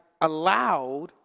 allowed